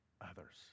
others